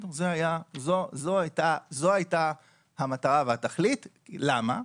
זו הייתה המטרה והתכלית, למה?